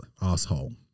asshole